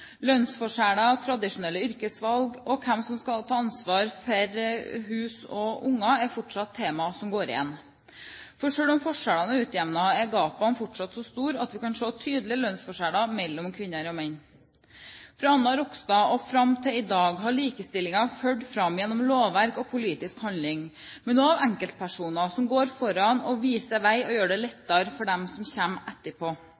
Lønnsforskjeller, tradisjonelle yrkesvalg og hvem som skal ta ansvar for hus og unger, er fortsatt temaer som går igjen. For selv om forskjellene er utjevnet, er gapene fortsatt så store at vi kan se tydelige lønnsforskjeller mellom kvinner og menn. Fra Anna Rogstad og fram til i dag har likestillingen ført fram gjennom lovverk og politisk handling, men også av enkeltpersoner som går foran og viser vei og gjør det lettere for dem som kommer etterpå.